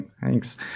Thanks